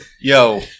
Yo